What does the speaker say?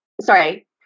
sorry